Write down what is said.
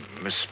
Miss